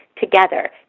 together